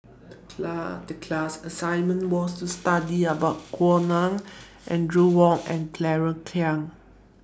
The class assignment was to study about Gao Ning Audrey Wong and Claire Chiang